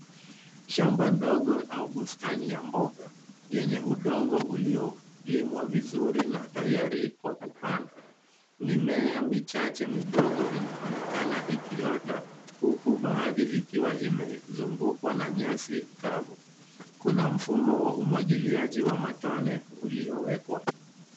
Shamba ndogo au bustani ya mboga yenye udongo uliolimwa vizuri na tayari kwa kupanda. Mimea michache midogo inaonekana ikiota huku baadhi ikiwa imezungukwa na nyasi kavu. Kuna mfumo wa umwagiliaji wa matone uliowekwa.